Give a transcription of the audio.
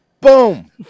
Boom